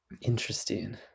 interesting